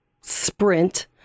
sprint